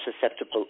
susceptible